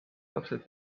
lapsed